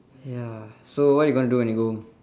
ya so what are you going to do when you go home